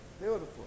Beautiful